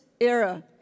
era